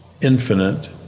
infinite